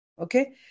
okay